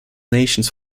nations